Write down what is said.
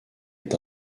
est